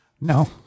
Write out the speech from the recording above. No